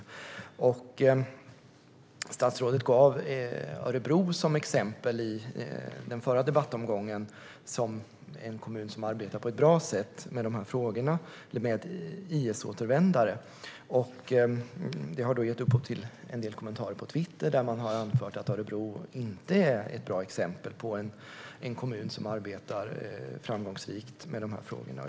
I den förra debattomgången gav statsrådet Örebro som exempel på en kommun som arbetar på ett bra sätt med de här frågorna eller med IS-återvändare. Det har gett upphov till en del kommentarer på Twitter, där man har anfört att Örebro inte är ett bra exempel på en kommun som arbetar framgångsrikt med de frågorna.